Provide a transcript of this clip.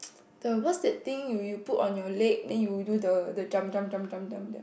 the what's that thing you you put on your leg then you do the the jump jump jump jump jump